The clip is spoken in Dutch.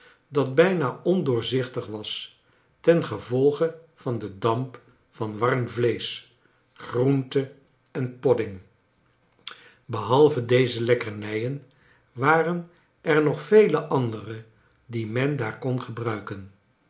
dat bijna ondoorzichtig was ten gevolge van den damp van warm vleesch groente en podding behalve deze lekkernijen waren er nog vele andere die men daar kon gebruiken